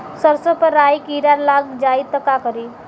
सरसो पर राही किरा लाग जाई त का करी?